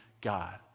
god